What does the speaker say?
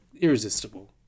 irresistible